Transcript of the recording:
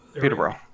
Peterborough